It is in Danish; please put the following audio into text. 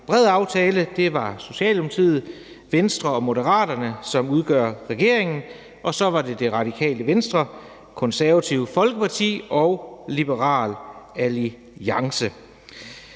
bred aftale, var Socialdemokratiet, Venstre og Moderaterne, som udgør regeringen, og så var det Radikale Venstre, Det Konservative Folkeparti og Liberal Alliance.